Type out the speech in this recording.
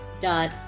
dot